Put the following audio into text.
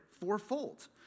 fourfold